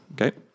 Okay